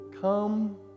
come